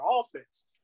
offense